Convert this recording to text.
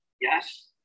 yes